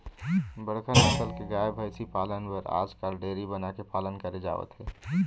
बड़का नसल के गाय, भइसी पालन बर आजकाल डेयरी बना के पालन करे जावत हे